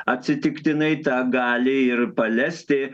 atsitiktinai tą gali ir palesti